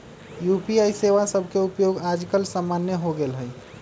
UPI सेवा सभके उपयोग याजकाल सामान्य हो गेल हइ